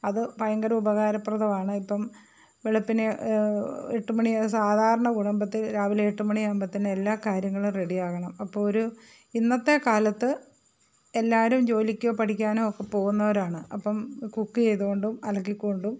അത് ഭയങ്കര ഉപകാരപ്രദമാണ് ഇപ്പം വെളുപ്പിന് എട്ട് മണി സാധാരണ കുടുംബത്തിൽ രാവിലെ എട്ട് മണിയാവുമ്പൊഴത്തേന് എല്ലാ കാര്യങ്ങളും റെഡി ആകണം അപ്പോൾ ഒരു ഇന്നത്തെ കാലത്ത് എല്ലാവരും ജോലിക്കോ പഠിക്കാനോ ഒക്കെ പോകുന്നവരാണ് അപ്പം കുക്ക് ചെയ്തുകൊണ്ടും അലക്കിക്കൊണ്ടും